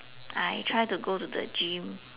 I try to go to the gym